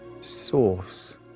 source